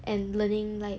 and learning like